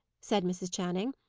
said mrs. channing.